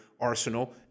arsenal